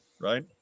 Right